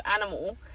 animal